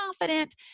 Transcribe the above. confident